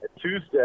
Tuesday